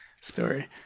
story